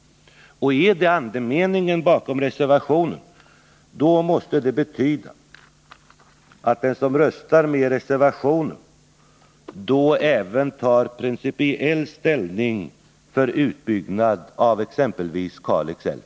Och om detta är andemeningen bakom reservationen, måste det betyda att den som röstar med reservationen även tar principiell ställning för utbyggnad av exempelvis Kalix älv.